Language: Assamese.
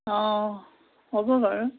অঁ হ'ব বাৰু